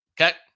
Okay